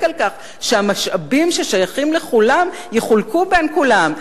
על כך שהמשאבים ששייכים לכולם יחולקו בין כולם.